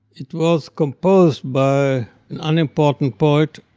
it was composed by an unimportant poet,